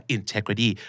Integrity